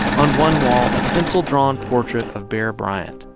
on one wall, a pencil-drawn portrait of bear bryant,